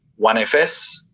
OneFS